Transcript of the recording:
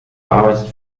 arbeitet